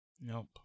nope